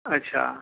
अच्छा